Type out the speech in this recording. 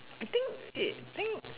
I think it I think